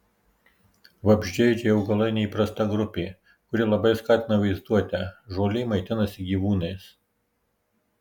vabzdžiaėdžiai augalai neįprasta grupė kuri labai skatina vaizduotę žolė maitinasi gyvūnais